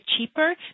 cheaper